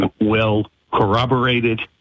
well-corroborated